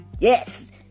yes